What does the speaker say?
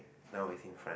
now is in front